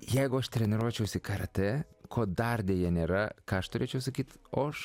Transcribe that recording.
jeigu aš treniruočiausi karatė ko dar deja nėra ką aš turėčiau sakyt o aš